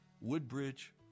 Woodbridge